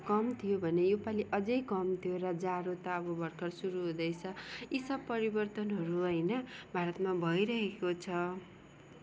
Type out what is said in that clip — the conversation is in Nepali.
कम थियो भने योपालि अझै कम थियो र जाडो त अब भर्खर सुरु हुँदैछ यी सब परिवर्तनहरू होइन भारतमा भइरहेको छ